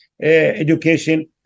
education